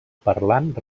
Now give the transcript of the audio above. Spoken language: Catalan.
parlant